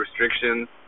restrictions